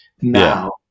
now